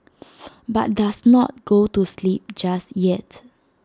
but does not go to sleep just yet